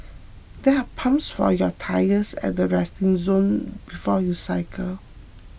there are pumps for your tyres at the resting zone before you cycle